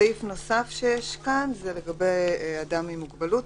סעיף נוסף שיש כאן זה לגבי אדם עם מוגבלות.